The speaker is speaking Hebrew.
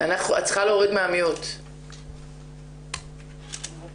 אסביר טיפה ואני אסביר איך אנחנו מכירות את מומנטום ואיך